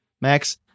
Max